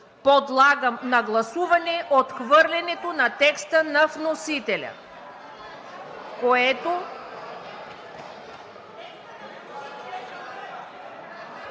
Подлагам на гласуване отхвърлянето на текста на вносителя.